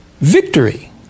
victory